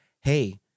hey